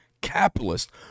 capitalist